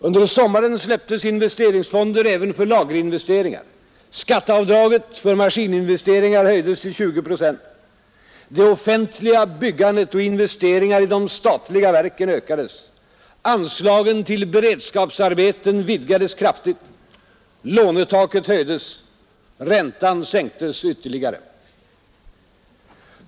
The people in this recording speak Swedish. Under sommaren släpptes investeringsfonder även för lagerinvesteringar, och skatteavdraget för maskininvesteringar höjdes till 20 procent. Det offentliga byggandet och investeringar i de statliga verken ökades, anslagen till beredskapsarbeten vidgades kraftigt, lånetaket höjdes, räntan sänktes ytterligare.